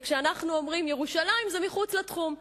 וכשאנחנו אומרים: ירושלים זה מחוץ לתחום,